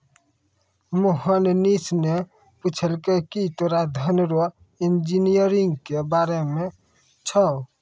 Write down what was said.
मोहनीश ने पूछलकै की तोरा धन रो इंजीनियरिंग के बारे मे छौं?